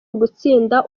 ugutsinda